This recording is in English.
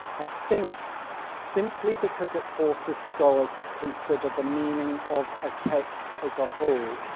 i think simply because it forces scholars to consider the meaning of a text as a whole,